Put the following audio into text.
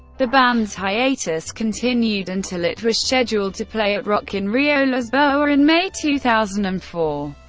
the band's hiatus continued until it was scheduled to play at rock in rio lisboa in may two thousand and four.